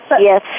Yes